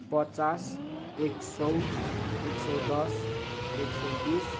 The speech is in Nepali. पचास एक सौ एक सौ दस एक सौ बिस